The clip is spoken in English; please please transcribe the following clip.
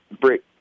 brick